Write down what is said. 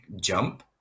jump